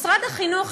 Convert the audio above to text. משרד החינוך,